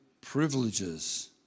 privileges